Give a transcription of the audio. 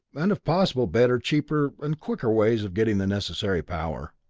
and if possible, better, cheaper, and quicker ways of getting the necessary power.